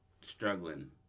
struggling